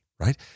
right